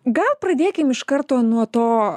gal pradėkim iš karto nuo to